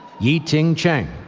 yi-ting chen,